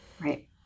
Right